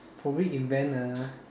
probably invent a